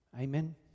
Amen